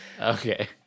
Okay